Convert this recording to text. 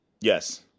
Yes